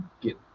get